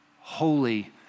holy